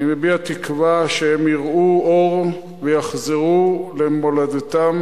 אני מביע תקווה שהם יראו אור ויחזרו למולדתם,